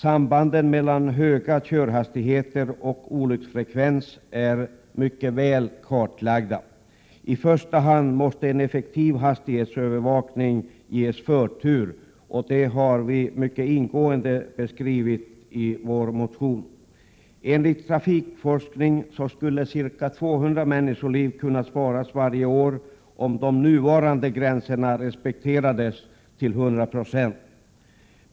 Sambanden mellan höga körhastigheter och olycksfrekvens är mycket väl kartlagda. En effektiv hastighetsövervakning måste ges förtur, och det har vi mycket ingående beskrivit i vår motion. Enligt trafikforskningen skulle ca 200 människoliv kunna sparas varje år om de nuvarande gränserna respekterades till 100 96.